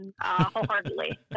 wholeheartedly